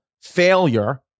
Failure